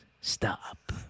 stop